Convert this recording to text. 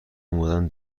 اومدن